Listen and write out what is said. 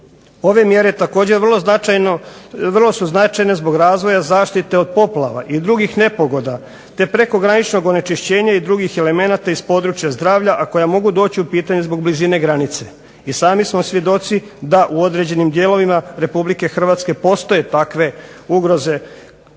Ove mjere također vrlo su značajne zbog razvoja zaštite od poplava i drugih nepogoda, te prekograničnog onečišćenja i drugih elemenata iz područja zdravlja a koja mogu doći u pitanje zbog blizine granice. I sami smo svjedoci da u određenim dijelovima RH postoje takve ugroze